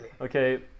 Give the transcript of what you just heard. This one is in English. Okay